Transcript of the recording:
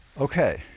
okay